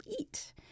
eat